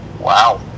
Wow